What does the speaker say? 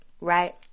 Right